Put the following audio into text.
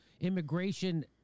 immigration